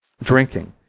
drinking,